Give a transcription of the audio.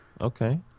Okay